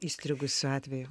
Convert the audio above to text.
įstrigusių atvejų